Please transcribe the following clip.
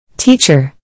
Teacher